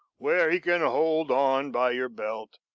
where he can hold on by your belt,